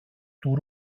του